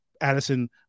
Addison